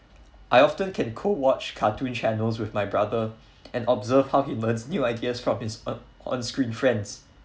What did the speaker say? I often can co watch cartoon channel with my brother and observe how he learns new ideas from his on on screen friends